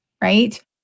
right